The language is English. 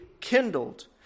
kindled